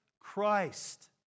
Christ